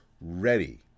ready